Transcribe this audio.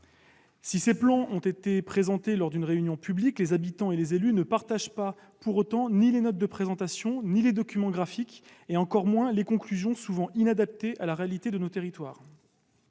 Si ces plans ont été présentés lors de réunions publiques, les habitants et les élus ne partagent pour autant ni les notes de présentation, ni les documents graphiques, et encore moins les conclusions, souvent inadaptées à la réalité de nos territoires.